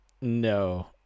no